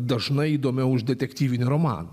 dažnai įdomiau už detektyvinį romaną